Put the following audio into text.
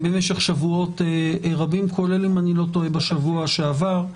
במשך שבועות רבים, כולל בשבוע שעבר.